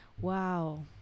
wow